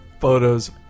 photos